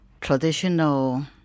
traditional